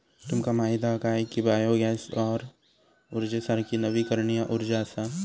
तुमका माहीत हा काय की बायो गॅस सौर उर्जेसारखी नवीकरणीय उर्जा असा?